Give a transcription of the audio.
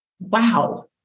wow